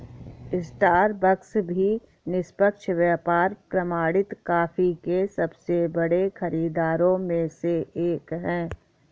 Starbucks भी निष्पक्ष व्यापार प्रमाणित कॉफी के सबसे बड़े खरीदारों में से एक है